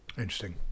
Interesting